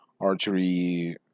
archery